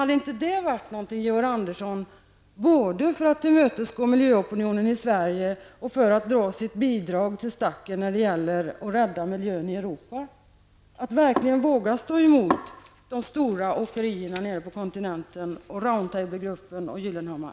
Hade det inte varit någonting, Georg Andersson, både för att tillmötesgå miljöopinionen i Sverige och för att dra ett strå till stacken när det gäller att rädda miljön i Europa -- att verkligen våga stå emot de stora åkerierna nere på kontinenten, Round Tablegruppen och Gyllenhammar?